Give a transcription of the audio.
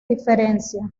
diferencia